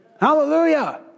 Hallelujah